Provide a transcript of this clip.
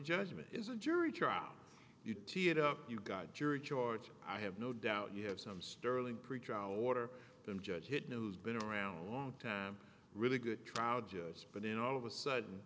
judgment is a jury trial you tea it up you got jury charge i have no doubt you have some sterling preach our water and judge hidden has been around a long time really good trial jurors but in all of a sudden